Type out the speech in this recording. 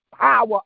power